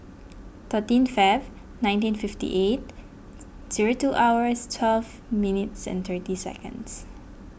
thirteen February nineteen fifty eight zero two hours twelve minutes seconds